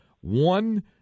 one